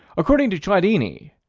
according to chladni,